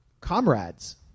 comrades